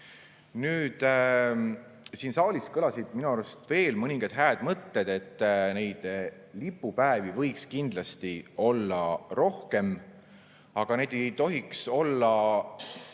Nüüd, siin saalis kõlasid minu arust veel mõningaid hääd mõtted. Lipupäevi võiks kindlasti olla rohkem, aga need ei tohiks olla